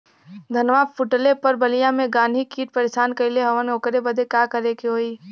धनवा फूटले पर बलिया में गान्ही कीट परेशान कइले हवन ओकरे बदे का करे होई?